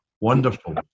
wonderful